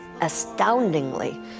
astoundingly